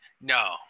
no